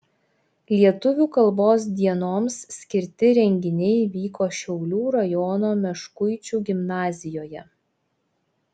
lietuvių kalbos dienoms skirti renginiai vyko šiaulių rajono meškuičių gimnazijoje